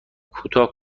کوتاه